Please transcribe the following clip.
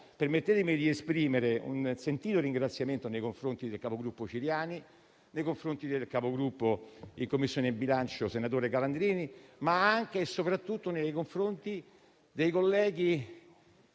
Permettetemi di esprimere dunque un sentito ringraziamento nei confronti del capogruppo Ciriani, del capogruppo in Commissione bilancio, senatore Calandrini, ma anche e soprattutto nei confronti dei colleghi